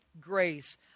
grace